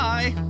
Bye